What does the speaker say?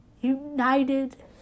united